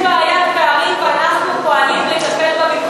יכולת להגיד: יש בעיית פערים ואנחנו פועלים לטפל בה,